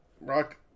rock